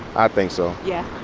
i think so yeah.